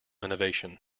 innovation